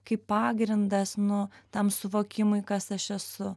kaip pagrindas nu tam suvokimui kas aš esu